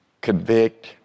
convict